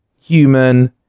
human